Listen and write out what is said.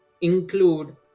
include